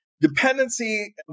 Dependency